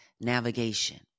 navigation